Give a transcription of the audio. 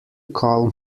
calm